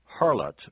harlot